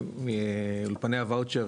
אולפני הוואוצ'ר